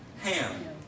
Ham